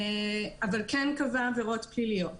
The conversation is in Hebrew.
אבל כן קבע עבירות פליליות.